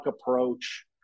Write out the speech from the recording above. approach